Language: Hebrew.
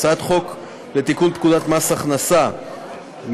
הצעת חוק לתיקון פקודת מס הכנסה (מס'